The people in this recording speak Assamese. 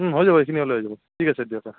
হৈ যাব এইখিনি হ'লে হৈ যাব ঠিক আছে দিয়ক